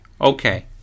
okay